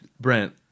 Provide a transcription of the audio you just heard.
Brent